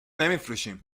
نمیفروشیم